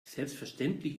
selbstverständlich